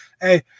hey